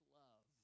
love